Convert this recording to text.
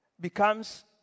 becomes